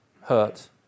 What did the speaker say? hurt